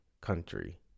country